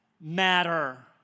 matter